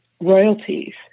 royalties